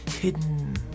hidden